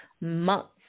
months